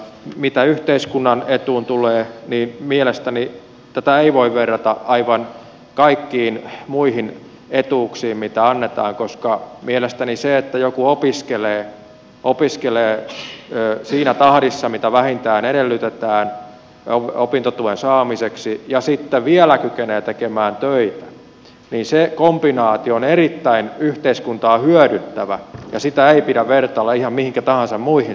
mitä yhteiskunnan etuun tulee niin mielestäni tätä ei voi verrata aivan kaikkiin muihin etuuksiin mitä annetaan koska mielestäni se kombinaatio että joku opiskelee siinä tahdissa mitä vähintään edellytetään opintotuen saamiseksi ja sitten vielä kykenee tekemään töitä on erittäin yhteiskuntaa hyödyttävä ja sitä ei pidä vertailla ihan mihinkä tahansa muihin sosiaalietuuksiin